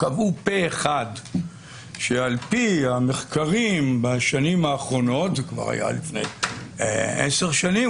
קבעו פה אחד שעל פי המחקרים בשנים האחרונות זה כבר היה לפני 10 שנים,